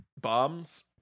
bombs